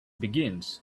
begins